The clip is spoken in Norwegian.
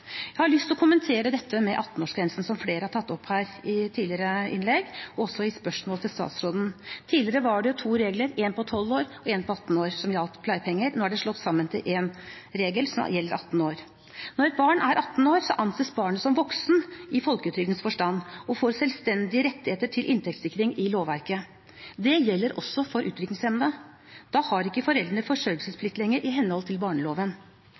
Jeg har lyst til å kommentere 18-årsgrensen, som flere har tatt opp her i tidligere innlegg og også i spørsmål til statsråden. Tidligere var det to regler som gjaldt pleiepenger, en for 12 år og en for 18 år, nå er de slått sammen til én regel, som gjelder for 18 år. Når barnet er 18 år, anses barnet som voksen i folketrygdens forstand og får selvstendige rettigheter til inntektssikring i lovverket. Det gjelder også for utviklingshemmede. Da har ikke foreldrene forsørgelsesplikt lenger i henhold til barneloven.